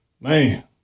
Man